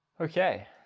Okay